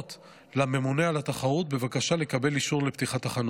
לממונה על התחרות בבקשה לקבל אישור לפתיחת החנות.